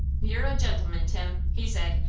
you're a gentleman, tim, he said,